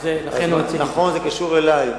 נכון, זה קשור אלי.